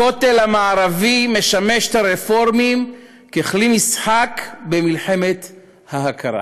הכותל המערבי משמש את הרפורמים ככלי משחק במלחמת ההכרה.